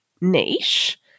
niche